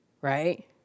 right